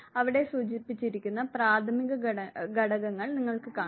അവിടെ സൂചിപ്പിച്ചിരിക്കുന്ന പ്രാഥമിക ഘടകങ്ങൾ നിങ്ങൾക്ക് കാണാം